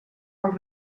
els